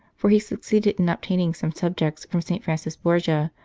for he succeeded in obtaining some subjects from st. francis borgia,